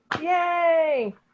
Yay